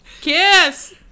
Kiss